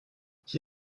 qui